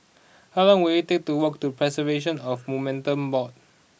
how long will it take to walk to Preservation of Monuments Board